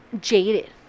jaded